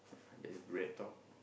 there's BreadTalk